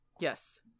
Yes